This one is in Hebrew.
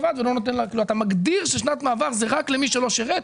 למה אתה אומר "כמעט"?